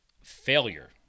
failure